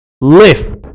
lift